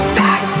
back